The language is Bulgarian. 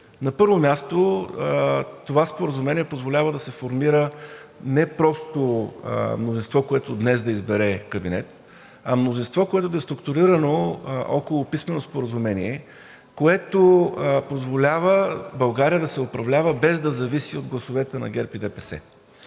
На първо място, това споразумение позволява да се формира не просто мнозинство, което днес да избере кабинет, а мнозинство, което да е структурирано около писмено споразумение, което позволява България да се управлява, без да зависи от гласовете на ГЕРБ и ДПС.